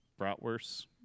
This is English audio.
bratwurst